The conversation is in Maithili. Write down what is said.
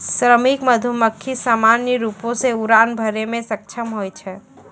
श्रमिक मधुमक्खी सामान्य रूपो सें उड़ान भरै म सक्षम होय छै